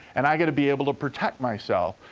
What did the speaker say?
and i gotta be able to protect myself.